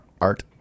art